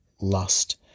lust